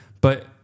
but-